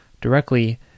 directly